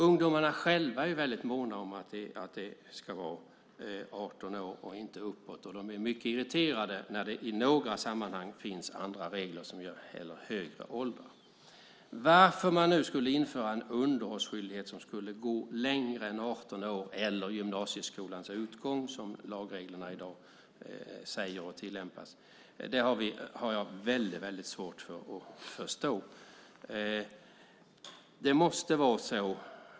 Ungdomarna själva är väldigt måna om att det ska vara 18 år, och de blir mycket irriterade när det i några sammanhang finns andra regler om högre ålder. Varför man nu skulle införa en underhållsskyldighet som skulle gå längre än 18 års ålder eller gymnasieskolans utgång, som lagreglerna i dag säger, har jag väldigt svårt att förstå.